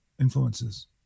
influences